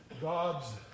God's